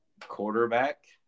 quarterback